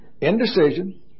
Indecision